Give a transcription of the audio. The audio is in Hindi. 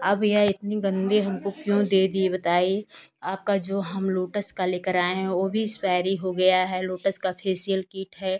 आप भैया इतनी गन्दी हमको क्यों दे दिए बताइए आपका जो हम लोटस का लेकर आए हैं वह भी एक्सपाइरी हो गया है लोटस का फ़ेशियल किट है